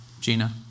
Gina